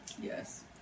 Yes